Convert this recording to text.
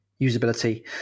usability